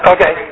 Okay